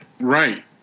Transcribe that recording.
Right